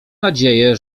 nadzieję